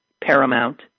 paramount